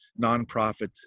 nonprofits